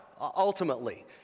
ultimately